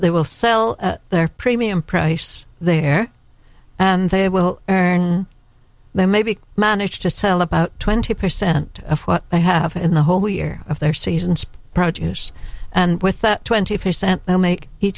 they will sell their premium price there and they will then maybe manage to sell about twenty percent of what i have in the whole year of their season sprout years and with that twenty percent they'll make he